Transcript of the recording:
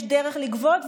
יש דרך לגבות,